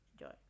Enjoy